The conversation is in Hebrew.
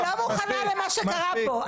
אני לא מוכנה למה שקרה פה.